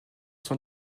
sont